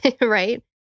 Right